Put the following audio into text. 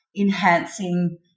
enhancing